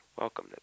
Welcome